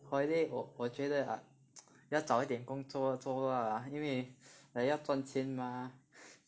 holiday 我我觉得 ah 要早一点工作做 lah 因为我要赚钱 mah